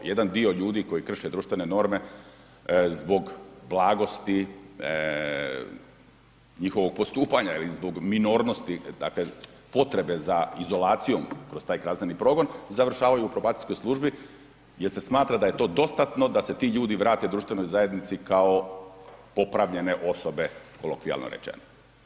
Jedan dio ljudi koji krše društvene norme zbog blagosti, njihovog postupanja ili zbog minornosti dakle potrebe za izolacijom kroz taj kazneni progon završavaju u probacijskoj službi jer se smatra da je to dostatno da se ti ljudi vrate društvenoj zajednici kao popravljene osobe, kolokvijalno rečeno.